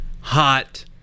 hot